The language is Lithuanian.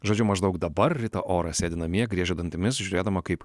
žodžiu maždaug dabar rita ora sėdi namie griežia dantimis žiūrėdama kaip